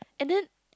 and then